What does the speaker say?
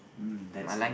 mm that's nice